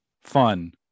Fun